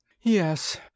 Yes